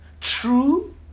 true